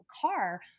car